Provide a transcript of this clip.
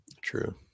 true